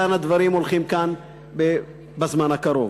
לאן הדברים הולכים כאן בזמן הקרוב.